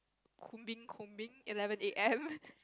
combing eleven A_M